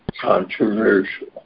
controversial